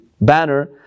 banner